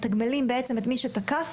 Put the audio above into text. מתגמלים את מי שתקף,